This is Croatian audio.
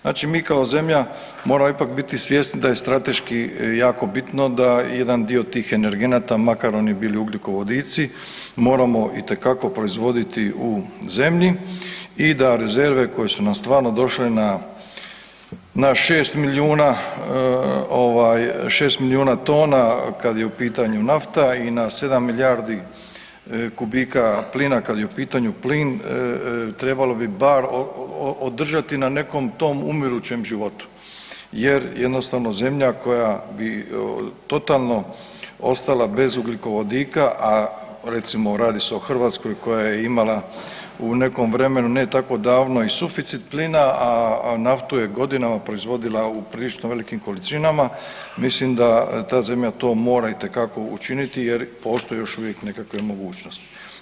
Znači mi kao zemlja moramo ipak biti svjesni da je strateški jako bitno da jedan dio tih energenata, makar oni bili ugljikovodici moramo itekako proizvoditi u zemlji i da rezerve koje su nam stvarno došle na 6 milijuna tona, kad je u pitanju nafta i na 7 milijardi kubika plina kad je u pitanju plin, trebalo bi bar održati na nekom tom umirućem životu, jer jednostavno zemlja koja bi totalno ostala bez ugljikovodika,a recimo radi se o Hrvatskoj koja je imala u nekom vremenu, ne tako davno i suficit plina, a naftu je godinama proizvodila u prilično velikim količinama, mislim da ta zemlja mora to itekako učiniti, jer postoje još uvijek nekakve mogućnosti.